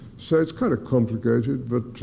so it's kind of complicated, but